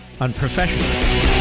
unprofessional